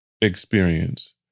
experience